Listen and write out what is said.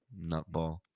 nutball